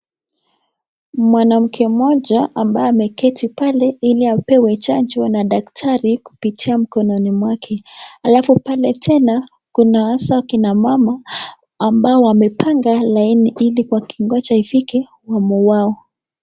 Mwanamke moja ambaye ameketi pale ili apewe chanjo na daktari kupitia mkononi mwake. Halafu pale tena, kuna hasa kina mama ambao wamepanga laini ili wakingoja ifike wamu wao.